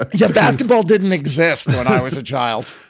ah yeah. basketball didn't exist when i was a child.